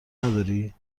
نداری